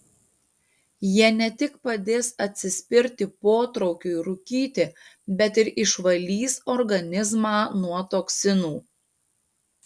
jie ne tik padės atsispirti potraukiui rūkyti bet ir išvalys organizmą nuo toksinų